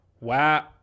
wow